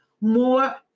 more